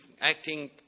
acting